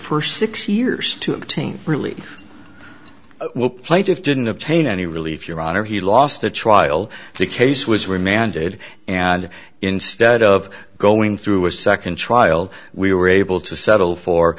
for six years to obtain really plaintiff didn't obtain any relief your honor he lost the trial the case was remanded and instead of going through a second trial we were able to settle for